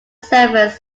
surface